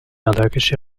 allergische